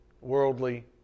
worldly